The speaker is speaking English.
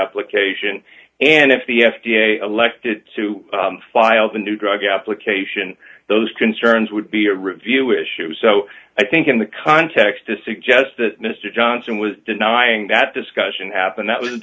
application and if the f d a elected to file the new drug application those concerns would be a review issue so i think in the context to suggest that mr johnson was denying that discussion happened that was a